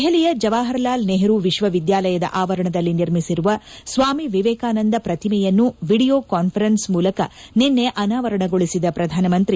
ದೆಹಲಿಯ ಜವಾಪರ್ಲಾಲ್ ನೆಹರು ವಿಶ್ವವಿದ್ಯಾಲಯದ ಆವರಣದಲ್ಲಿ ನಿರ್ಮಿಸಿರುವ ಸ್ನಾಮಿ ವಿವೇಕಾನಂದ ಪ್ರತಿಮೆಯನ್ನು ವಿಡಿಯೋ ಕಾನ್ವರನ್ಸ್ ಮೂಲಕ ನಿನ್ನೆ ಅನಾವರಣಗೊಳಿಸಿದ ಪ್ರಧಾನಮಂತ್ರಿ